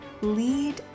lead